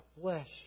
flesh